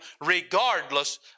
regardless